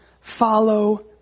follow